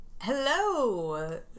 Hello